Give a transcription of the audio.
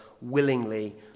willingly